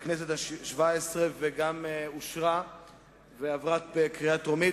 בכנסת השבע-עשרה, וגם אושרה ועברה בקריאה טרומית.